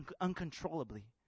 uncontrollably